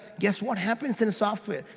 guess what happens in software,